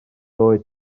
oed